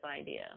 idea